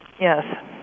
Yes